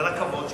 לרכבות,